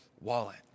wallet